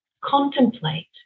contemplate